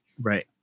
Right